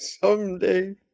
Someday